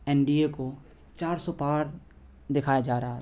N D A کو چار سو پار دکھایا جا رہا تھا